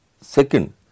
second